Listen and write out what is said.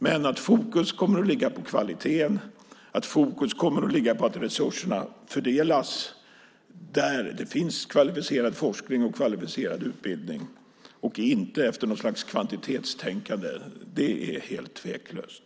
Men att fokus kommer att ligga på kvaliteten och på att resurserna fördelas där det finns kvalificerad forskning och kvalificerad utbildning och inte efter något slags kvantitetstänkande, det är helt tveklöst.